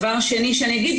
שנית,